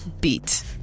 beat